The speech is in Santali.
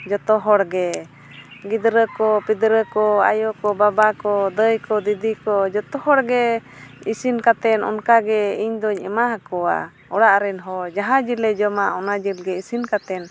ᱡᱚᱛᱚ ᱦᱚᱲᱜᱮ ᱜᱤᱫᱽᱨᱟᱹ ᱠᱚ ᱯᱤᱫᱽᱨᱟᱹ ᱠᱚ ᱟᱭᱳ ᱠᱚ ᱵᱟᱵᱟ ᱠᱚ ᱫᱟᱹᱭ ᱠᱚ ᱫᱤᱫᱤ ᱠᱚ ᱡᱚᱛᱚ ᱦᱚᱲᱜᱮ ᱤᱥᱤᱱ ᱠᱟᱛᱮᱫ ᱚᱱᱠᱟ ᱜᱮ ᱤᱧᱫᱚᱧ ᱮᱢᱟ ᱟᱠᱚᱣᱟ ᱚᱲᱟᱜ ᱨᱮᱱ ᱦᱚᱲ ᱡᱟᱦᱟᱸ ᱜᱮᱞᱮ ᱡᱚᱢᱟ ᱚᱱᱟ ᱡᱤᱞ ᱜᱮ ᱤᱥᱤᱱ ᱠᱟᱛᱮᱫ